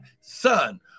Son